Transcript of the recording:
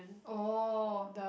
oh